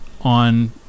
on